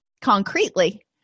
concretely